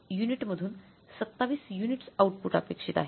30 unit मधून 27 units output अपेक्षित आहे